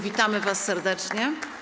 Witamy was serdecznie.